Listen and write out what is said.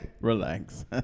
Relax